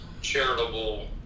charitable